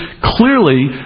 clearly